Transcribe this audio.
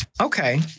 okay